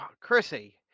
chrissy